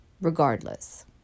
Regardless